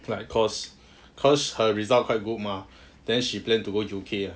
like cause cause her result quite good mah then she planned to go U_K lah